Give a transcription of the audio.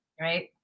right